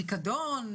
פיקדון,